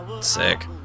sick